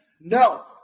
No